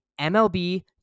MLB